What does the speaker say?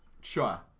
Sure